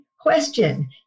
question